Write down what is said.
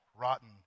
rotten